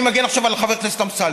אני מגן עכשיו על חבר הכנסת אמסלם.